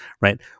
Right